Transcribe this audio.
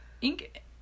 ink